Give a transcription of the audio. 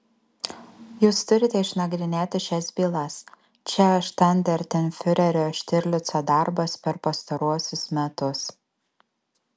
jūs turite išnagrinėti šias bylas čia štandartenfiurerio štirlico darbas per pastaruosius metus